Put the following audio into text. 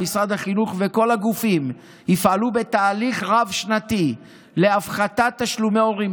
משרד החינוך וכל הגופים יפעלו בתהליך רב-שנתי להפחתת תשלומי ההורים.